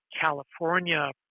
California